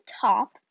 top